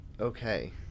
Okay